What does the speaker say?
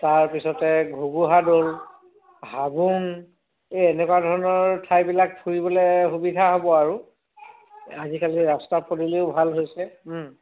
তাৰপিছতে ঘুগুহা দৌল হাবুং এই এনেকুৱা ধৰণৰ ঠাইবিলাক ফুৰিবলে সুবিধা হ'ব আৰু আজিকালি ৰাস্তা পদূলিও ভাল হৈছে